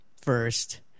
first